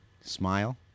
Smile